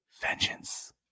Vengeance